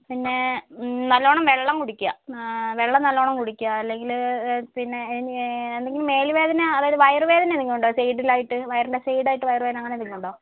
പിന്നെ നല്ലവണ്ണം വെള്ളം കുടിക്കുക വെള്ളം നല്ലവണ്ണം കുടിക്കുക അല്ലെങ്കിൽ പിന്നെ ഇനി എന്തെങ്കിലും മേല് വേദന അതായത് വയർ വേദന എന്തെങ്കിലും ഉണ്ടോ സൈഡിലായിട്ട് വയറിന്റെ സൈഡ് ആയിട്ട് വയറുവേദന എന്തെങ്കിലും ഉണ്ടോ